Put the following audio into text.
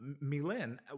Milan